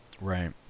right